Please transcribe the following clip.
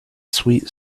sweet